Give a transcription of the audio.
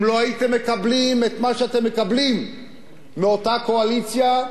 אם לא הייתם מקבלים את מה שאתם מקבלים מאותה קואליציה,